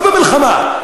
ולא במלחמה,